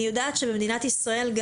אני יודעת שבמדינת ישראל,